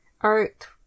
art